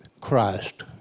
Christ